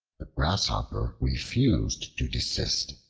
the grasshopper refused to desist,